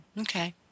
Okay